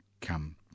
come